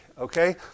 okay